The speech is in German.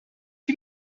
wie